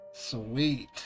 Sweet